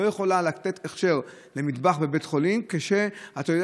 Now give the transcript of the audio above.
יכולים לתת הכשר למטבח בבית חולים כשאתה יודע